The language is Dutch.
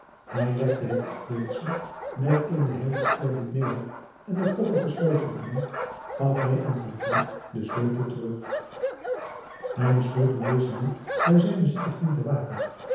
hij legde het afbeeldfel met eenen heiligen eerbied neder en den koffer gesloten hebbende gaf hij aan van vliet den sleutel terug hij besloot om dezen nacht bij zijnen zieken vriend te waken